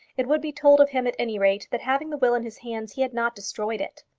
it would be told of him, at any rate, that having the will in his hands, he had not destroyed it.